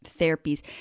therapies